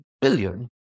billion